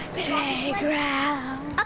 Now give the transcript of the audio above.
playground